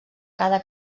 cada